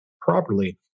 properly